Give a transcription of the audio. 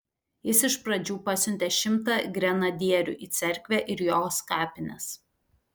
jis iš pradžių pasiuntė šimtą grenadierių į cerkvę ir jos kapines